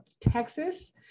Texas